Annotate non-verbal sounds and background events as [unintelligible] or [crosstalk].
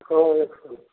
हँ [unintelligible]